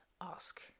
Ask